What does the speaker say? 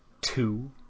Two